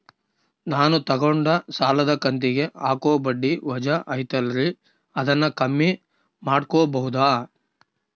ನಾನು ತಗೊಂಡ ಸಾಲದ ಕಂತಿಗೆ ಹಾಕೋ ಬಡ್ಡಿ ವಜಾ ಐತಲ್ರಿ ಅದನ್ನ ಕಮ್ಮಿ ಮಾಡಕೋಬಹುದಾ?